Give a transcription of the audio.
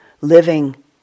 living